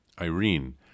Irene